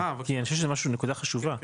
כי אני חושב שזו נקודה חשובה.